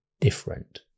different